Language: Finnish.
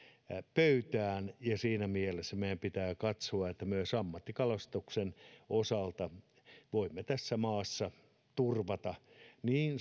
pöytään ja siinä mielessä meidän pitää katsoa että myös ammattikalastuksen osalta voimme tässä maassa turvata niin